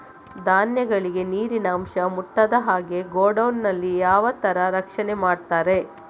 ಧಾನ್ಯಗಳಿಗೆ ನೀರಿನ ಅಂಶ ಮುಟ್ಟದ ಹಾಗೆ ಗೋಡೌನ್ ನಲ್ಲಿ ಯಾವ ತರ ರಕ್ಷಣೆ ಮಾಡ್ತಾರೆ?